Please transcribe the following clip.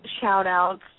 shout-outs